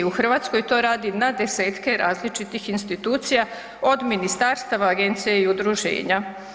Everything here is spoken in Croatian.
U Hrvatskoj to radi na desetke različitih institucija od ministarstava, agencija i udruženja.